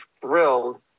thrilled